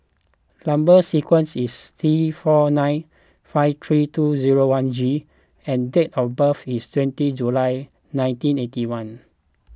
Number Sequence is T four nine five three two zero one G and date of birth is twenty July nineteen eighty one